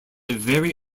very